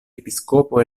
episkopo